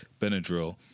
benadryl